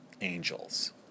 angels